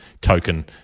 token